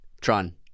tron